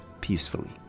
peacefully